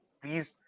please